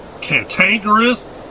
cantankerous